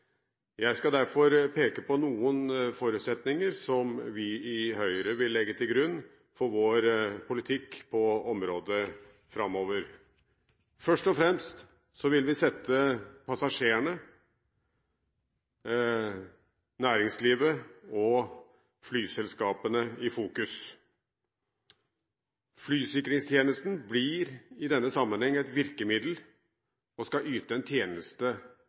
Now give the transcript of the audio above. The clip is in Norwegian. Jeg skal derfor peke på noen forutsetninger som vi i Høyre vil legge til grunn for vår politikk på området framover. Først og fremst vil vi sette passasjerene, næringslivet og flyselskapene i fokus. Flysikringstjenesten blir i denne sammenheng et virkemiddel og skal yte en tjeneste